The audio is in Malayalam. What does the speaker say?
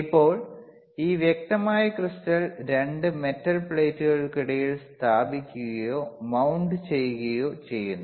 ഇപ്പോൾ ഈ വ്യക്തമായ ക്രിസ്റ്റൽ 2 മെറ്റൽ പ്ലേറ്റുകൾക്കിടയിൽ സ്ഥാപിക്കുകയോ mount ചെയ്യുകയോ ചെയ്യുന്നു